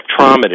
spectrometry